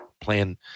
Playing